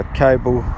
cable